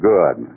Good